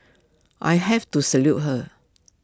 I have to salute her